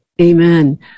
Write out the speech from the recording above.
Amen